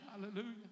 Hallelujah